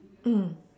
MM